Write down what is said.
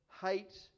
hate